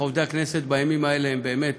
עובדי הכנסת בימים האלה באמת